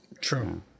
True